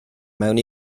mewn